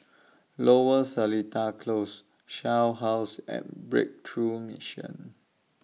Lower Seletar Close Shell House and Breakthrough Mission